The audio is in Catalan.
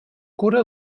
cura